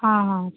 ହଁ ହଁ